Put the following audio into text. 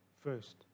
first